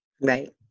Right